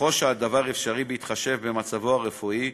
ככל שהדבר אפשרי בהתחשב במצבו הרפואי,